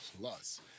Plus